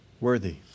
worthy